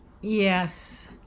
Yes